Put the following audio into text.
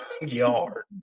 yard